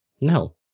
No